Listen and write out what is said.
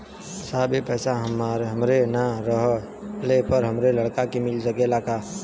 साहब ए पैसा हमरे ना रहले पर हमरे लड़का के मिल सकेला का?